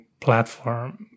platform